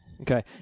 Okay